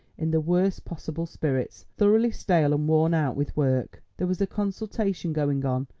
in the worst possible spirits, thoroughly stale and worn out with work. there was a consultation going on,